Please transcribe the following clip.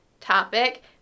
topic